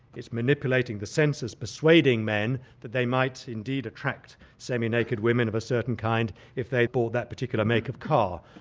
it's manipulating the senses, persuading men that they might indeed attract semi-naked women of a certain kind if they bought that particular make of car.